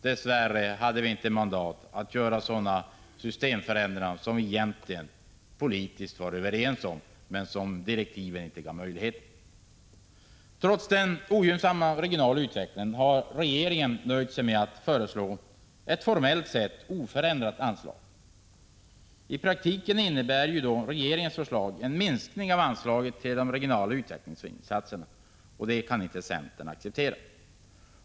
Dess värre hade vi inte mandat att göra sådana systemförändringar som vi egentligen politiskt var överens om men som direktiven inte gav möjligheter till. Trots den ogynnsamma regionala utvecklingen har regeringen nöjt sig med att föreslå ett formellt sett oförändrat anslag. I praktiken innebär regeringens förslag en minskning av anslaget till regionala utvecklingsinsatser. Det kan inte centern acceptera.